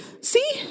See